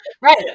Right